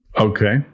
Okay